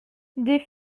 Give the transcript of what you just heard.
des